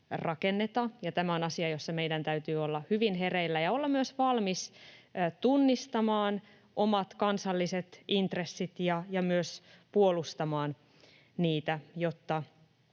rakenneta. Ja tämä on asia, jossa meidän täytyy olla hyvin hereillä ja olla myös valmis tunnistamaan omat kansalliset intressit ja myös puolustamaan niitä, jotta